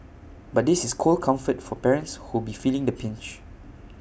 but this is cold comfort for parents who'll be feeling the pinch